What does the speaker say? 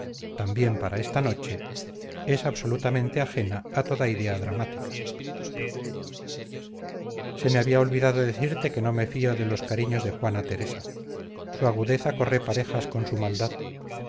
también para esta noche es absolutamente ajena a toda idea dramática se me había olvidado decirte que no me fío de los cariños de juana teresa su agudeza corre parejas con su maldad